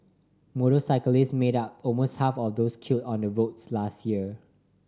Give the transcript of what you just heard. motorcyclists made up almost half of those killed on the roads last year